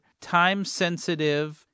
time-sensitive